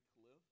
cliff